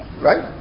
right